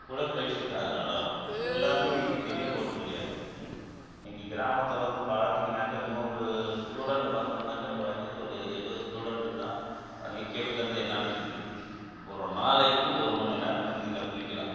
உடற்பயிற்சி தான் அது நல்லாயிருக்கும் எல்லாருமே நீச்சல் தெரியப் போகிறது கிடையாது இன்றைக்கி கிராமத்தில் வந்து பார்த்தீங்கன்னாக்கா நூறு ஸ்டூடெண்கிட்ட பார்த்தோமுனாக்கா கொறைஞ்சது ஒரு எழுபது ஸ்டூடெண்ட்டக்கு தான் நீச்சலங்கிறது என்னென்னு தெரியும் ஒரு நாளைக்கு ஒரு மணி நேரம் தெந்தில குளிக்கலாம்